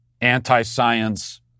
anti-science